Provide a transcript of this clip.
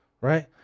Right